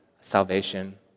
salvation